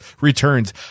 returns